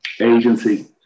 agency